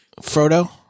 frodo